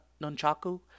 Nunchaku